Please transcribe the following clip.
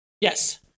yes